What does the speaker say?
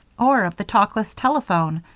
or of the talkless telephone,